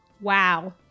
Wow